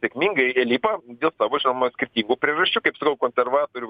sėkmingai lipa dėl savo žinoma skirtingų priežasčių kaip sakau konservatorių